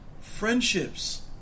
friendships